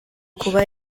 kuba